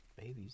babies